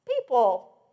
people